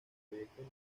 proyectos